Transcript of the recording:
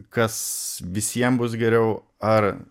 kas visiem bus geriau ar